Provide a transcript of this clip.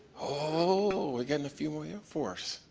oh, we're getting a few more air force.